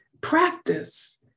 practice